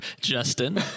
Justin